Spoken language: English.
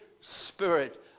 Spirit